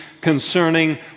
concerning